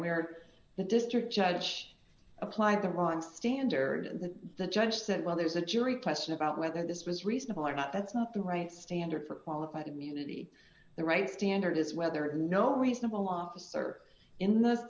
where the district judge applied the one standard that the judge said well there's a jury question about whether this was reasonable or not that's not the right standard for qualified immunity the right standard is whether or no reasonable officer in the